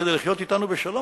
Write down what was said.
כדי לחיות אתנו בשלום,